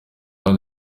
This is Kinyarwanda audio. hano